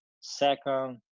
second